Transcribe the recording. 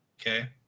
Okay